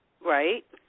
Right